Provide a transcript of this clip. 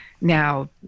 now